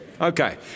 Okay